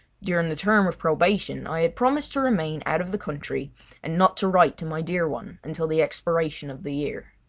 during the term of probation i had promised to remain out of the country and not to write to my dear one until the expiration of the year.